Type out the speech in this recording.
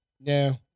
No